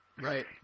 Right